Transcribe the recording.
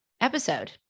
episode